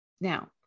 Now